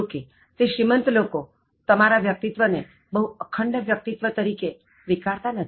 જોકે તે શ્રીમંત લોકો તમારા વ્યક્તિત્ત્વ ને બહુ અખંડ વ્યક્તિત્ત્વ તરીકે સ્વીકારતા નથી